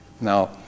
Now